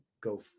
go